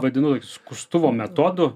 vadinu skustuvo metodu